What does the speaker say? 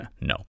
No